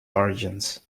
origins